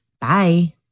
Bye